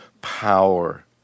power